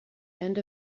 end